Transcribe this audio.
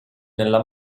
nella